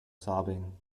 sobbing